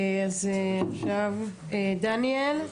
אז עכשיו דניאל גרובר.